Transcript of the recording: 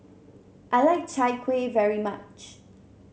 I like Chai Kueh very much